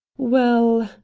well,